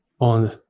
on